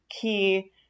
key